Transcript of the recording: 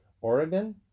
Oregon